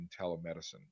telemedicine